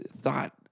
thought